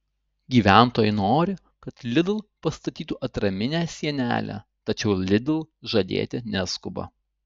gyventojai nori kad lidl pastatytų atraminę sienelę tačiau lidl žadėti neskuba